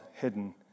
hidden